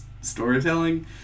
storytelling